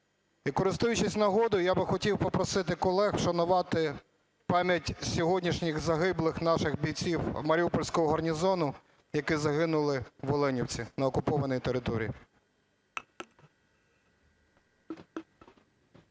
І користуюсь нагодою, я би хотів попросити колег. Вшанувати пам'ять сьогоднішніх загиблих наших бійців Маріупольського гарнізону, які загинули в Оленівці на окупованій території.